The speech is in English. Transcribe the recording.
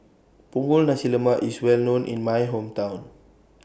Punggol Nasi Lemak IS Well known in My Hometown